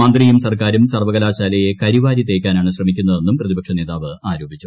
മന്ത്രിയും ഗവൺമെന്റും സർവ്വകലാശാലയെ കരിവാരി തേക്കാനാണ് ശ്രമിക്കുന്നതെന്നും പ്രതിപക്ഷ നേതാവ് ആരോപിച്ചു